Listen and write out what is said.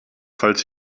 falls